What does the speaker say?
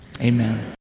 Amen